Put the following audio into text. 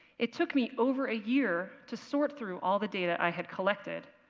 it took me over a year to sort through all the data i had collected.